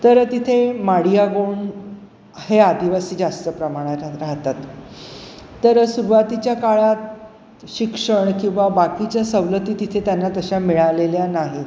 तर तिथे माडिया गोंड हे आदिवासी जास्त प्रमाणात राहतात तर सुरवातीच्या काळात शिक्षण किंवा बाकीच्या सवलती तिथे त्यांना तशा मिळालेल्या नाहीत